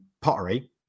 pottery